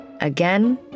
again